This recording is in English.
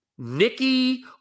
Nikki